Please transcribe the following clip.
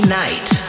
night